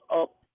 up